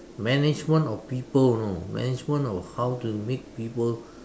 management of people you know management of how to make people